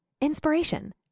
inspiration